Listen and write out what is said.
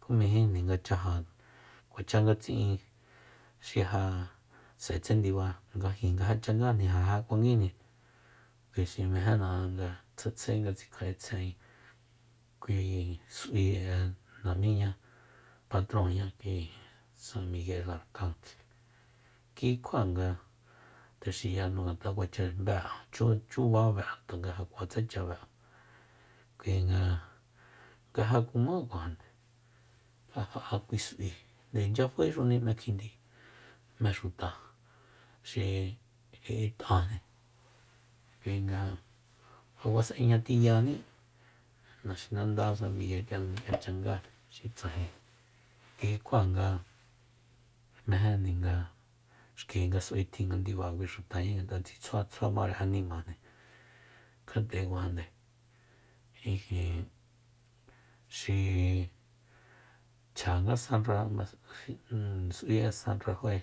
Ku mejinjni nga chaja kuacha nga tsi'in xi s'aetse ndiba nga jin nga ja changajni ja jakuanguijni kui xi mejena'an nga tsjaetsjae nga tsikja'etsjen kui s'ui'e namiña patronña kui san miye arkangel kikjua tjexiyajnu ngat'a kuacha bé'an chu- chuba bé'an tanga ja kuatsecha be'an kuinga nga ja kumá kuajande ja ja'a kui s'ui inchya faéxuni 'e kjindi m'éxuta xi ji'it'ajni nkuinga ja kuas'ejñatiyaní naxinanda san miguel k'ia ni'ya changa xi tsajen kikjua nga mejenjni nga xki nga s'uitjin nga ndiba xutaña ngat'a tsitsjua tsjua mare animajni kjat'e kuajande ijin xi chja nga san rama- igg s'ui'e san rafae